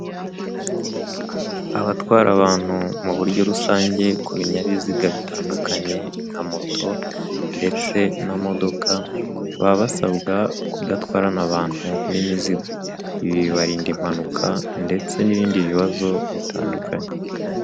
Abatwara abantu mu buryo rusange ku binyabiziga bitandukanye nka moto ndetse n'amamodoka, baba basabwa kudatwarana abantu n'imizigo. Ibi bibarinda impanuka ndetse n'ibindi bibazo bitandukanye.